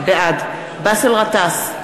בעד באסל גטאס,